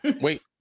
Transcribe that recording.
Wait